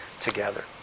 together